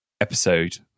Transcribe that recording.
episode